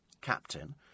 captain